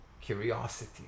curiosity